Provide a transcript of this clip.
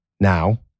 Now